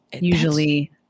usually